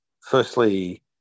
firstly